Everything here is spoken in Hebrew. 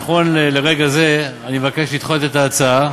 נכון לרגע זה אני מבקש לדחות את ההצעה.